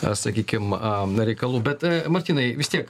a sakykim am reikalų bet martynai vis tiek